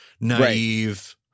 naive